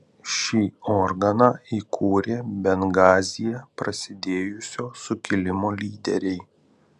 šį organą įkūrė bengazyje prasidėjusio sukilimo lyderiai